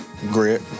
grit